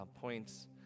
points